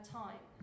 time